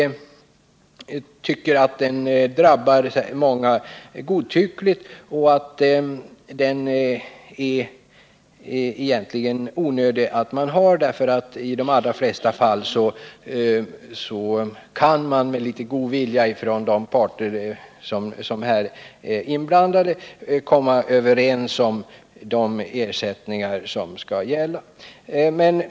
Den drabbar många godtyckligt och är egentligen onudig. I de allra flesta fall kan man med litet god vilja från de parter som är inblandade komma överens om de ersättningar som skall utgå.